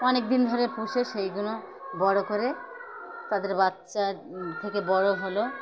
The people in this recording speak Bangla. অনেক দিন ধরে পুষে সেইগুলো বড় করে তাদের বাচ্চা থেকে বড় হল